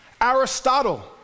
Aristotle